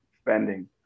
spending